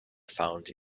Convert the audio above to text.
found